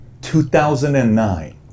2009